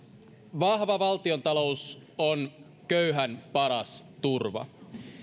vahva valtiontalous on köyhän paras turva